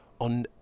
on